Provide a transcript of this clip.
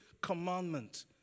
commandment